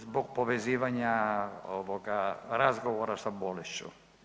Zbog povezivanja ovoga razgovora sa bolešću.